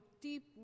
deep